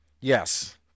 Yes